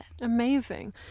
Amazing